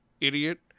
idiot